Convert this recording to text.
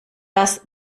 das